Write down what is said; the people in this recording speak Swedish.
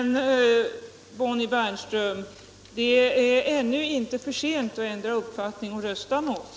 Men, Bonnie Bernström, det är ännu inte för sent att ändra uppfattning och rösta med oss.